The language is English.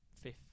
fifth